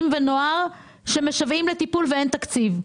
ונוער שמשוועים לטיפול ואין תקציב.